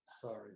sorry